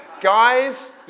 Guys